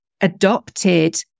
adopted